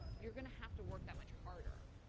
you're going to have to work that much harder.